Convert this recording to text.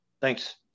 Thanks